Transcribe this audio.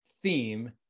theme